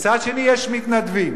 ומצד שני, יש מתנדבים.